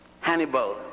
Hannibal